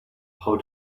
how